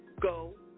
Go